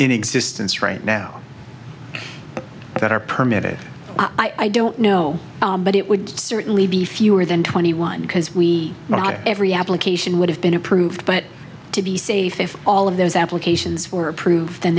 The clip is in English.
existence right now that are permit it i don't know but it would certainly be fewer than twenty one because we know that every application would have been approved but to be safe if all of those applications for approved